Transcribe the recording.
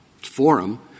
forum —